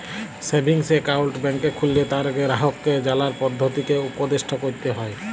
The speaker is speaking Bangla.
সেভিংস এক্কাউল্ট ব্যাংকে খুললে তার গেরাহককে জালার পদধতিকে উপদেসট ক্যরতে হ্যয়